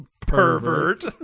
pervert